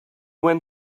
went